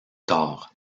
tard